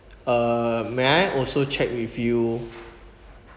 uh may I also check with you